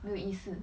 没有意思